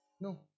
No